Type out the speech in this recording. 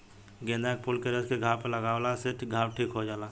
गेंदा के फूल के रस के घाव पर लागावला से घाव ठीक हो जाला